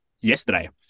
yesterday